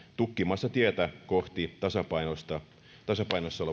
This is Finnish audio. tukkimassa tietä kohti tasapainossa olevaa julkista taloutta